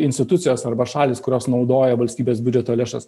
institucijos arba šalys kurios naudoja valstybės biudžeto lėšas